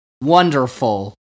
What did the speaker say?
wonderful